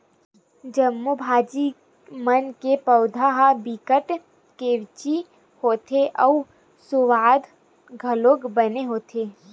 सब्जी भाजी मन के पउधा ह बिकट केवची होथे अउ सुवाद घलोक बने होथे